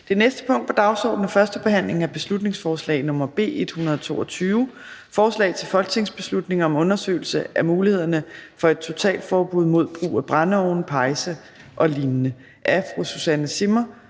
Det næste punkt på dagsordenen er: 3) 1. behandling af beslutningsforslag nr. B 122: Forslag til folketingsbeslutning om undersøgelse af mulighederne for et totalforbud mod brug af brændeovne, pejse og lign. Af Susanne Zimmer